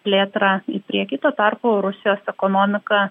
plėtrą į priekį tuo tarpu rusijos ekonomika